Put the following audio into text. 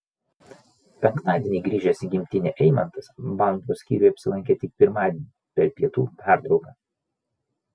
penktadienį grįžęs į gimtinę eimantas banko skyriuje apsilankė tik pirmadienį per pietų pertrauką